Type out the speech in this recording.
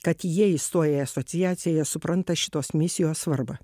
kad jie įstoja į asociaciją jie supranta šitos misijos svarbą